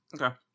Okay